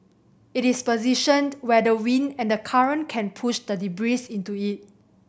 it is positioned where the wind and the current can push the debris into it